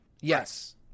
yes